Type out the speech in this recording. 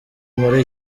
muri